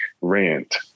Rant